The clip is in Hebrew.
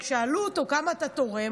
כששאלו אותו: כמה אתה תורם?